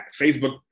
Facebook